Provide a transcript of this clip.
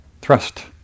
thrust